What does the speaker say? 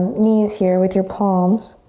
knees here with your palms.